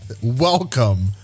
welcome